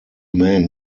man